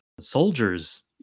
soldiers